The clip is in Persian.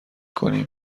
کنیم